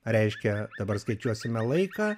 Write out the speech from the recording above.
reiškia dabar skaičiuosime laiką